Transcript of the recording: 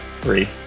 Three